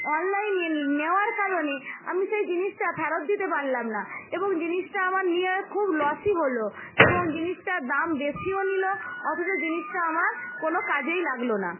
অনলাইনে নেওয়ার কারণে আমি সেই জিনিসটা ফেরত দিতে পারলাম না এবং জিনিসটা আমার নেওয়া খুব লসই হল এবং জিনিসটার দাম বেশিও নিল অথচ জিনিসটা আমার কোন কাজেই লাগলো না